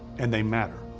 and they matter.